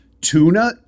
tuna